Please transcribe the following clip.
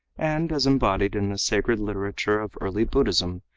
and as embodied in the sacred literature of early buddhism,